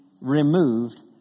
removed